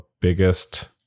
biggest